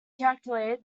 calculated